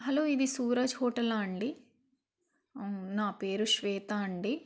hello ఇది సూరజ్ హోటలా అండి నా పేరు శ్వేత అండి